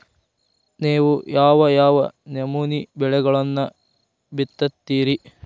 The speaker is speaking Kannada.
ನೇವು ಯಾವ್ ಯಾವ್ ನಮೂನಿ ಬೆಳಿಗೊಳನ್ನ ಬಿತ್ತತಿರಿ?